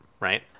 right